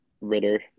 Ritter